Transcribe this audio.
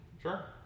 Sure